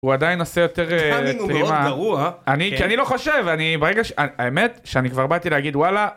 הוא עדיין עושה יותר פרימה, אני לא חושב, האמת שאני כבר באתי להגיד וואלה